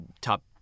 top